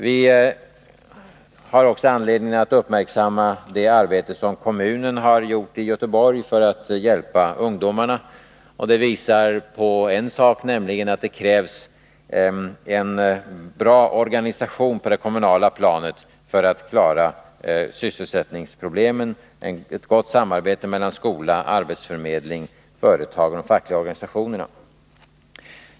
Vi har också anledning att uppmärksamma det arbete som kommunen i Göteborg utfört för att hjälpa ungdomarna. Det visar att det krävs en bra organisation på det kommunala planet för att klara sysselsättningsproblemet — ett gott samarbete mellan skola, arbetsförmedling, företag och fackliga organisationer.